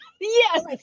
yes